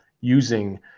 using